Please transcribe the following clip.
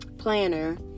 planner